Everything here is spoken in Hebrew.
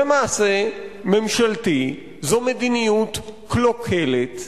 זה מעשה ממשלתי, זו מדיניות קלוקלת.